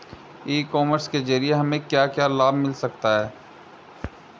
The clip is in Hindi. ई कॉमर्स के ज़रिए हमें क्या क्या लाभ मिल सकता है?